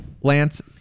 Lance